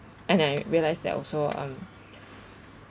and I realise that also um